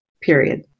Period